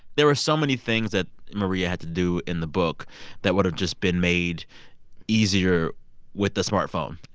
there were so many things that maria had to do in the book that would've just been made easier with the smartphone,